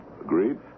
Agreed